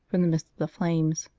from the midst of the flames.